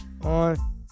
on